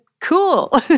cool